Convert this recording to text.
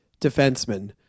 defenseman